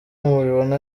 mubibona